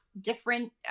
different